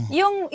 yung